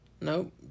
Nope